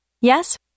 Yes